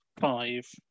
Five